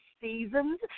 seasons